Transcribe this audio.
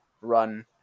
run